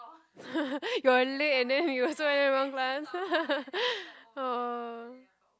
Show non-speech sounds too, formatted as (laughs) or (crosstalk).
(laughs) you are late and then you got so many wrong plants (laughs) !aww!